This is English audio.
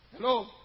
Hello